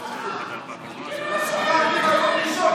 רק במשמרת שלו,